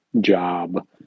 job